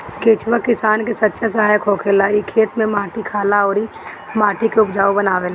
केचुआ किसान के सच्चा सहायक होखेला इ खेत में माटी खाला अउर माटी के उपजाऊ बनावेला